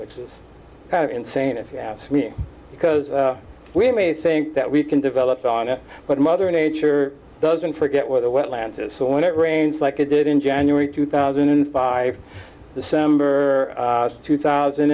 which is kind of insane if you ask me because we may think that we can develop on it but mother nature doesn't forget where the wetlands is so when it rains like it did in january two thousand and five december two thousand